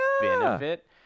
benefit